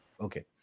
Okay